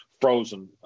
frozen